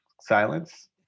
silence